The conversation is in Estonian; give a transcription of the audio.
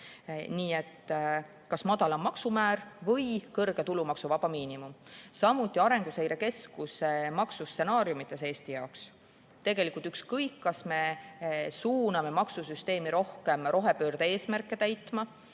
Nii et kas madalam maksumäär või kõrge tulumaksuvaba miinimum. Samuti oli Arenguseire Keskuse maksustsenaariumides Eesti jaoks – tegelikult on ükskõik, kas me suuname maksusüsteemi rohkem rohepöörde eesmärke täitma